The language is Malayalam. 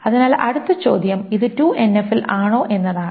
അതിനാൽ അടുത്ത ചോദ്യം അത് 2NF ൽ ആണോ എന്നതാണ്